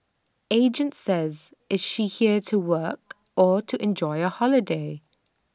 agent says is she here to work or to enjoy A holiday